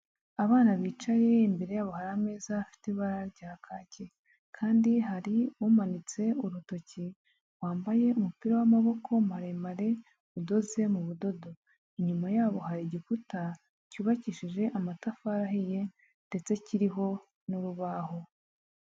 Abana bicaye imbere yabo hari ameza afite ibara rya kaki kandi hari umanitse urutoki wambaye umupira w'amaboko maremare udoze mu budodo, inyuma yabo hari igikuta cyubakishije amatafari ahiye ndetse kiriho n'urubaho.